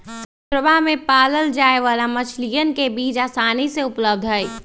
समुद्रवा में पाल्ल जाये वाला मछलीयन के बीज आसानी से उपलब्ध हई